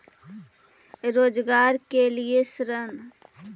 रोजगार के लिए ऋण?